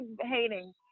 hating